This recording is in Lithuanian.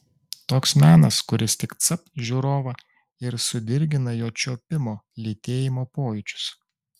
toks menas kuris tik capt žiūrovą ir sudirgina jo čiuopimo lytėjimo pojūčius